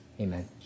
Amen